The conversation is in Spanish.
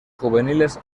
juveniles